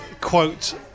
quote